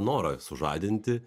norą sužadinti